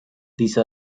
these